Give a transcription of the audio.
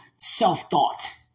Self-thought